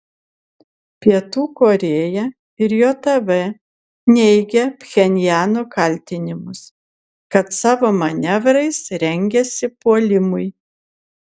pietų korėja ir jav neigia pchenjano kaltinimus kad savo manevrais rengiasi puolimui